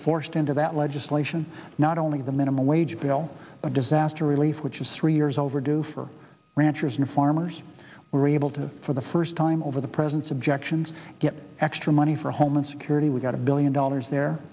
forced into that legislation not only the minimum wage bill a disaster relief which is three years overdue for ranchers and farmers were able to for the first time over the presence objections get extra money for homeland security we got a billion dollars there